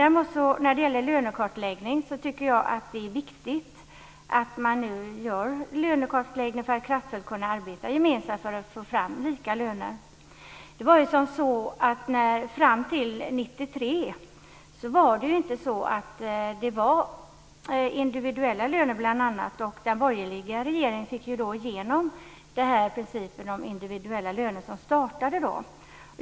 Däremot tycker jag att det är viktigt att man nu genomför en lönekartläggning för att kraftfullt kunna arbeta gemensamt för att få fram lika löner. Fram till 1993 var det inte individuella löner. Den borgerliga regeringen fick igenom principen om individuella löner som startade då.